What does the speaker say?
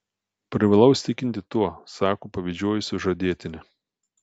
privalau įsitikinti tuo sako pavydžioji sužadėtinė